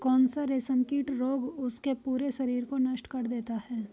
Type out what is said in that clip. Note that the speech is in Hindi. कौन सा रेशमकीट रोग उसके पूरे शरीर को नष्ट कर देता है?